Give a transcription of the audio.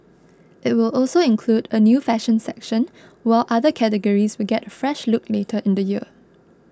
it will also include a new fashion section while other categories will get a fresh look later in the year